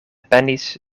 penis